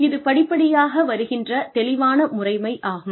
இது படிப்படியாக வருகின்ற தெளிவான முறைமை ஆகும்